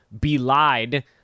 belied